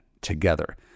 together